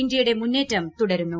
ഇന്ത്യയുടെ മുന്നേറ്റം തുടരുന്നു